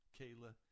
Kayla